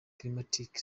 climatic